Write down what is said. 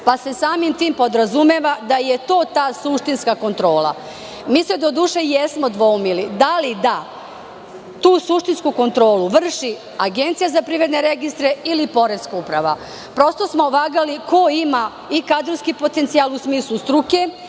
pa se samim tim podrazumeva da je to ta suštinska kontrola. Mi se doduše jesmo dvoumili da li da tu suštinsku kontrolu vrši Agencija za privredne registre ili Poreska uprava, prosto smo vagali ko ima i kadrovski potencijal u smislu struke